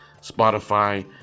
spotify